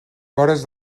vores